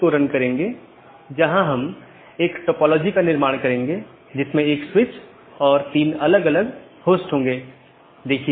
1 open message दो सहकर्मी nodes के बीच एक BGP सत्र स्थापित करता है